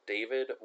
David